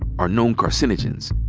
are known carcinogens.